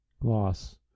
Gloss